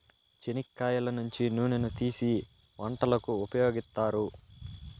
చెనిక్కాయల నుంచి నూనెను తీసీ వంటలకు ఉపయోగిత్తారు